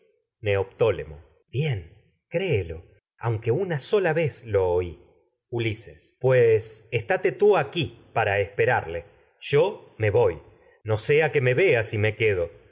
neoptólemo lo oi bien créelo aunque una sola vez ulises pues estáte tú aquí me para esperarle y yo me voy no sea que me vea si quedo